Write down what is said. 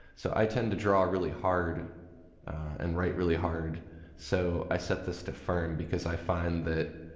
so i tend to draw a really hard and write really hard so i set this to firm because i find that